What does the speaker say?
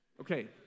Okay